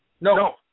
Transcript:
No